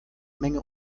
menge